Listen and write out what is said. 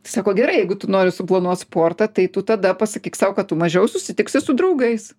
sako gerai jeigu tu nori suplanuot sportą tai tu tada pasakyk sau kad tu mažiau susitiksi su draugais